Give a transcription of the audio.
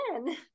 again